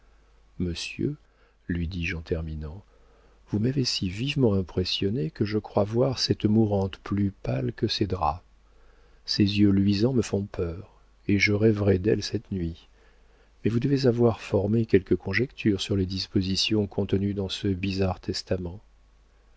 monsieur lui dis-je en terminant vous m'avez si vivement impressionné que je crois voir cette mourante plus pâle que ses draps ses yeux luisants me font peur et je rêverai d'elle cette nuit mais vous devez avoir formé quelques conjectures sur les dispositions contenues dans ce bizarre testament